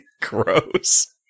Gross